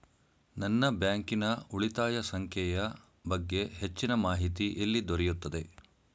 ನನ್ನ ಬ್ಯಾಂಕಿನ ಉಳಿತಾಯ ಸಂಖ್ಯೆಯ ಬಗ್ಗೆ ಹೆಚ್ಚಿನ ಮಾಹಿತಿ ಎಲ್ಲಿ ದೊರೆಯುತ್ತದೆ?